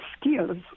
skills